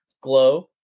Glow